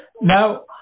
Now